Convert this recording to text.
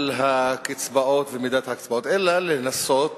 על הקצבאות ומידת הקצבאות, אלא לנסות